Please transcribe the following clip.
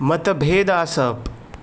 मतभेद आसप